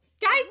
Guys